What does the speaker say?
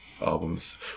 albums